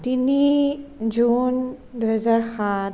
তিনি জুন দুহেজাৰ সাত